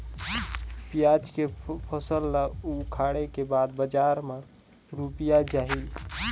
पियाज के फसल ला उखाड़े के बाद बजार मा रुपिया जाही?